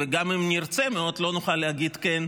וגם אם נרצה מאוד לא נוכל להגיד כן,